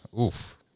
Oof